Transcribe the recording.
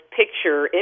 picture